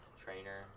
trainer